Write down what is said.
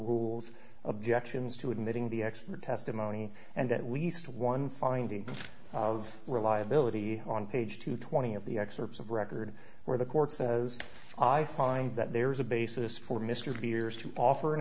rules of the actions to admitting the expert testimony and at least one finding of reliability on page two twenty of the excerpts of record where the court says i find that there is a basis for mr beers to offer an